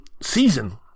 season